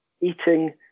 eating